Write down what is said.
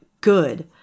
good